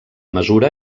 mesura